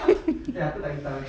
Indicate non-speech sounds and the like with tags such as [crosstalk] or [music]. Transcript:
[laughs]